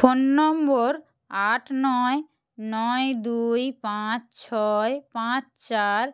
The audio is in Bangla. ফোন নম্বর আট নয় নয় দুই পাঁচ ছয় পাঁচ চার